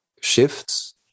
shifts